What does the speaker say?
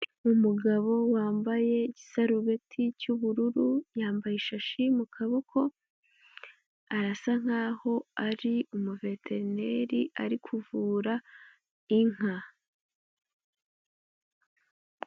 Umugabo wambaye igisarubeti cy'ubururu yambaye ishashi mu kaboko arasa nk'aho ari umuveteneri ari kuvura inka.